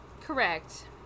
correct